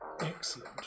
Excellent